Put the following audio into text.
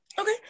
Okay